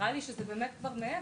נראה לי שזה באמת כבר מעבר.